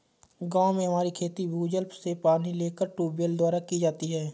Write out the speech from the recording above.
गांव में हमारी खेती भूजल से पानी लेकर ट्यूबवेल द्वारा की जाती है